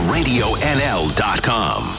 RadioNL.com